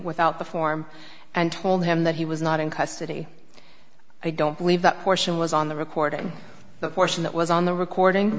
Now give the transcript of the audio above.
without the form and told him that he was not in custody i don't believe that portion was on the recording the portion that was on the recording